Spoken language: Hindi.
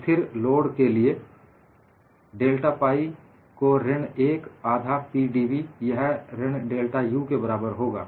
स्थिर लोड के लिएडेल्टा पाइ pi को ऋण 1 आधा Pdv यह ऋण डेल्टा U के बराबर होगा